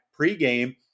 pregame